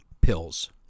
pills